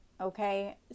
Okay